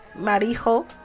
Marijo